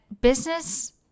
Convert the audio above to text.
business